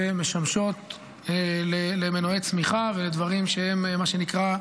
ומשמשות למנועי צמיחה ולדברים שהם מה שנקרא: